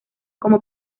como